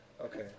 okay